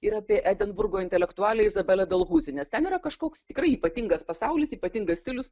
ir apie edinburgo intelektualiąją izabelę dalhuzi nes ten yra kažkoks tikrai ypatingas pasaulis ypatingas stilius